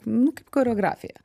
nu kaip choreografija